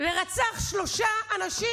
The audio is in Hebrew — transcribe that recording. ורצח שלושה אנשים,